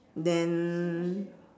then